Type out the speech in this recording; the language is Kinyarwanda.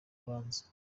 rubanza